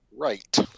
Right